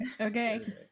okay